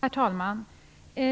Herr talman!